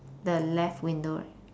the left window right